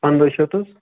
پندہ شیٚتھ حظ